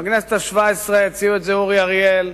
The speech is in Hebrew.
בכנסת השבע-עשרה הציע את זה אורי אריאל,